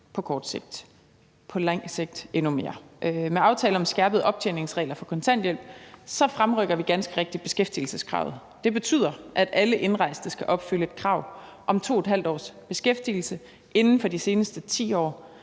og på lang sigt endnu flere. Med aftalen om skærpede optjeningsregler for kontanthjælp fremrykker vi ganske rigtigt beskæftigelseskravet. Det betyder, at alle indrejste skal opfylde et krav om 2½ års beskæftigelse inden for de seneste 10 år